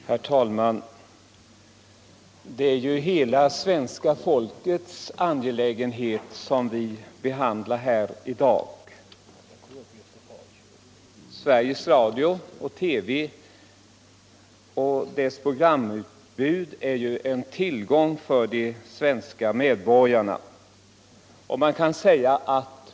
Herr talman! Det är en hela svenska folkets angelägenhet som vi behandlar här i dag. Radio-TV och dess programutbud är en tillgång för de svenska medborgarna.